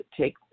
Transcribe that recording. take